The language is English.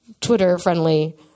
Twitter-friendly